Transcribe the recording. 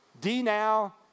D-NOW